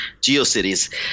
Geocities